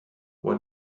what